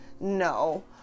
No